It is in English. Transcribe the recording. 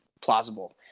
plausible